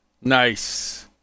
Nice